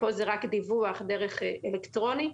כאן זה רק דיווח בדרך אלקטרונית.